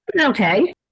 okay